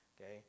okay